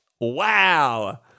wow